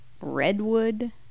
Redwood